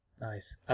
Nice